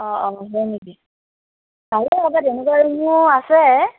অ' অ' হয় নেকি ভালে হ'ব তেনেকুৱা ৰুমো আছে